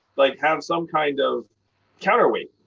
like, have some kind of counterweight,